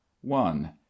One